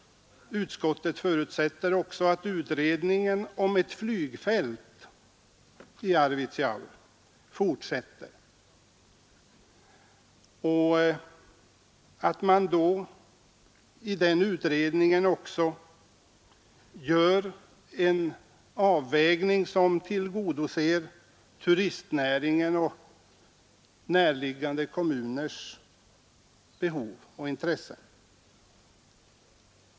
Utskottet förutsätter också att utredningen om ett flygfält i Arvidsjaur fortsätter och att man i den utredningen också gör en avvägning som tillgodoser turistnäringen och närliggande kommuners behov och intressen.